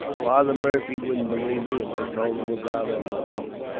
father murphy wouldn't believe me, if i told him about it on oath.